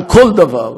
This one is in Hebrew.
על כל דבר,